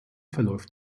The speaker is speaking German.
verläuft